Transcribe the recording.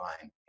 fine